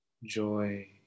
joy